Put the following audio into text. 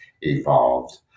evolved